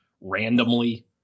randomly